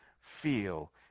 feel